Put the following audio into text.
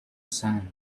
sand